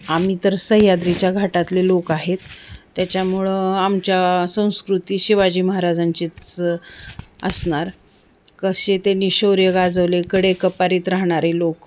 आम्ही तर सह्याद्रीच्या घाटातले लोक आहेत त्याच्यामुळं आमच्या संस्कृती शिवाजी महाराजांचीच असणार कसे त्यांनी शौर्य गाजवले कडेकपारीत राहणारे लोक